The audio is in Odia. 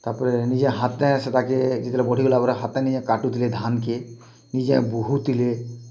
ତା' ପରେ ନିଜେ ହାତେଁ ସେଟାକେ ଯେତେବେଳେ ବଢ଼ିଗଲା ପୁରା ହାତେଁ ନିଜେ କାଟୁଥିଲେ ଧାନ୍କେ ନିଜେ ବୋହୁଥିଲେ